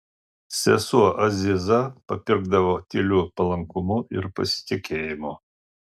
sesuo aziza papirkdavo tyliu palankumu ir pasitikėjimu